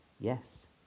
yes